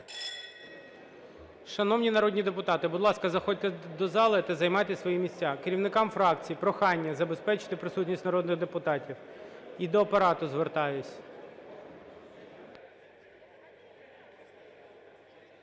Шановні народні депутати! Будь ласка, заходьте до зали та займайте свої місця. Керівникам фракції прохання: забезпечити присутність народних депутатів. І до Апарату звертаюсь.